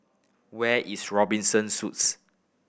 where is Robinson Suites